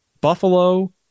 Buffalo